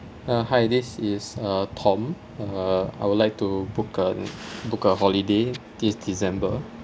uh hi this is uh tom uh I would like to book a book a holiday this december